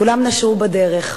כולם נשרו בדרך.